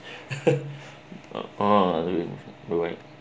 oh in you're right